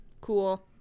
cool